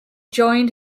joined